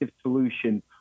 solution